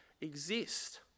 exist